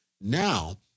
Now